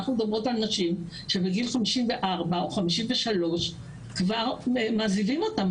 אנחנו מדברות על נשים שבגיל 54 או 53 כבר מעזיבים אותן.